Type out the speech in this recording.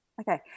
Okay